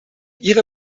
ihre